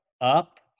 up